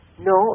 No